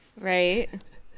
Right